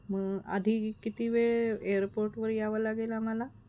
मग आधी किती वेळ एअरपोर्टवर यावं लागेल आम्हाला